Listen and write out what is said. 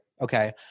okay